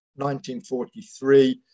1943